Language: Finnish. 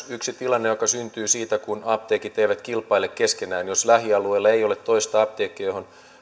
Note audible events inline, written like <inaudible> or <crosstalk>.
<unintelligible> yksi tilanne joka syntyy siitä kun apteekit eivät kilpaile keskenään jos lähialueella ei ole toista apteekkia johon